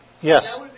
Yes